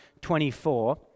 24